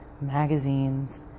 magazines